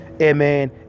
Amen